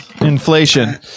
inflation